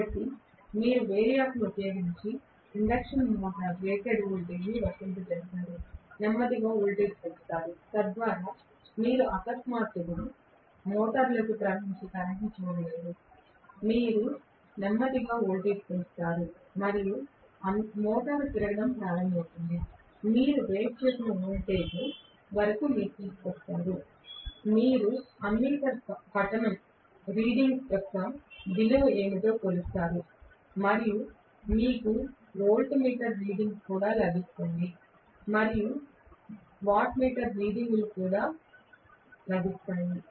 కాబట్టి మీరు వేరియాక్ ఉపయోగించి ఇండక్షన్ మోటారుకు రేటెడ్ వోల్టేజ్ను వర్తింపజేస్తారు నెమ్మదిగా వోల్టేజ్ను పెంచుతారు తద్వారా మీరు అకస్మాత్తుగా మోటారులోకి ప్రవహించే కరెంట్ చూడలేరు కాబట్టి మీరు నెమ్మదిగా వోల్టేజ్ను పెంచుతారు మరియు మోటారు తిరగడం ప్రారంభమవుతుంది మీరు రేట్ చేసిన వోల్టేజ్ వరకు మీరు తీసుకువస్తారు మీరు అమ్మీమీటర్ పఠనం యొక్క విలువ ఏమిటో కొలుస్తారు మరియు మీకు వోల్టమీటర్ పఠనం కూడా లభిస్తుంది మరియు మీకు వాట్మీటర్ రీడింగులు కూడా లభిస్తాయి